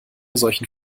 solchen